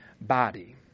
body